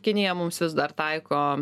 kinija mums vis dar taiko